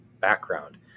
background